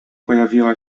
pojawiła